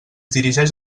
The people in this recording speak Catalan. dirigeix